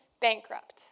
bankrupt